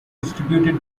distributed